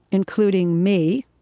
including me,